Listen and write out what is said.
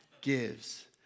gives